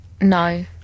no